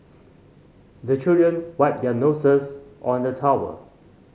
the children wipe their noses on the towel